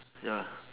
ya